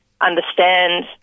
understand